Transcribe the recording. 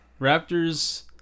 Raptors